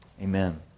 Amen